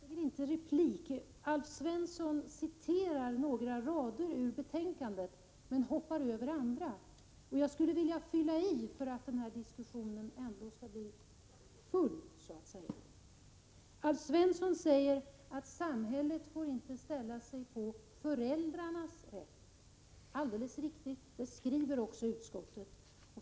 Fru talman! Jag begärde egentligen inte replik utan vill bara göra ett tillrättaläggande. Alf Svensson citerade några rader ur betänkandet, men hoppade över andra. Jag skulle vilja komplettera det han citerade för att göra beskrivningen fullständig. Alf Svensson säger att samhället inte får bortse från föräldrarnas rätt. Det är alldeles riktigt, och det skriver också utskottet.